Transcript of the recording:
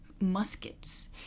Muskets